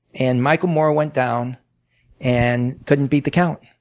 and michael moore went down and couldn't beat the count.